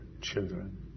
children